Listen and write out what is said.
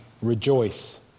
rejoice